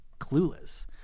clueless